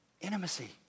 Intimacy